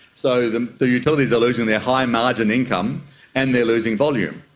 so the the utilities are losing their high margin income and they are losing volume.